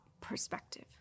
perspective